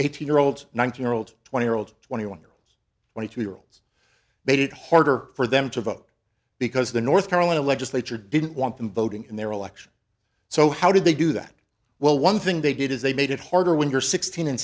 eighteen year olds nineteen year old twenty year old twenty one twenty two year olds made it harder for them to vote because the north carolina legislature didn't want them voting in their election so how did they do that well one thing they did is they made it harder when you're sixteen and